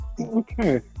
Okay